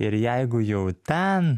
ir jeigu jau ten